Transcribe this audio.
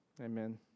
Amen